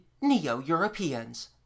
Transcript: neo-Europeans